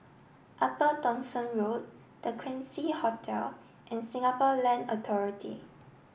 Upper Thomson Road The Quincy Hotel and Singapore Land Authority